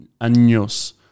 Años